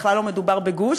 בכלל לא מדובר בגוש,